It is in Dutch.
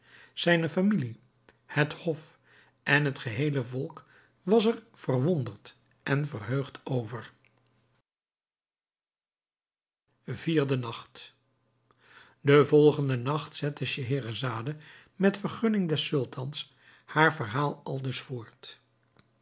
zijne familie het hof en het geheele volk was er verwonderd en verheugd over vierde nacht den volgenden nacht zette scheherazade met vergunning des sultans haar verhaal aldus voort